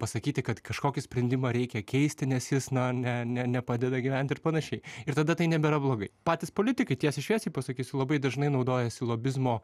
pasakyti kad kažkokį sprendimą reikia keisti nes jis na ne ne nepadeda gyvent ir panašiai ir tada tai nebėra blogai patys politikai tiesiai šviesiai pasakysiu labai dažnai naudojasi lobizmo